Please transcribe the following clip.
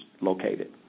located